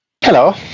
Hello